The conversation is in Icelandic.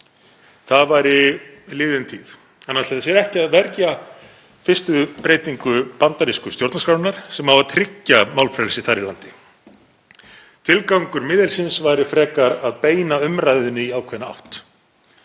það væri liðin tíð. Hann ætlaði sér ekki að verja fyrstu breytingu bandarísku stjórnarskrárinnar sem á að tryggja málfrelsi þar í landi. Tilgangur miðilsins væri frekar að beina umræðunni í ákveðna átt.